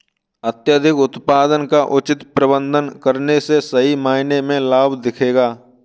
अत्यधिक उत्पादन का उचित प्रबंधन करने से सही मायने में लाभ दिखेगा